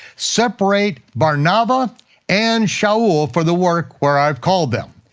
separate bar-nava and shaul for the work where i have called them.